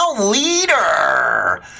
leader